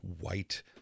white